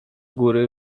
góry